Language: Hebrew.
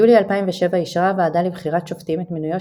ביולי 2007 אישרה הוועדה לבחירת שופטים את מינויו